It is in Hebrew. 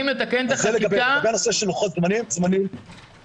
תרחישים --- לגבי הנושא של לוחות זמנים --- החקיקה